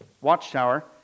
Watchtower